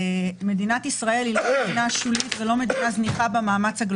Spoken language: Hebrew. שמדינת ישראל היא לא מדינה שולית ולא מדינה זניחה במאמץ.